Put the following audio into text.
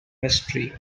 mystery